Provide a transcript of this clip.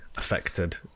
affected